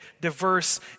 diverse